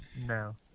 No